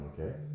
Okay